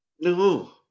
No